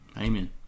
Amen